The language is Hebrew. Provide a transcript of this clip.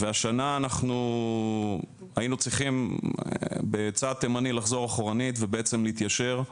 והשנה אנחנו היינו צריכים בצעד תימני לחזור אחורנית ובעצם להתיישר,